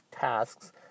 tasks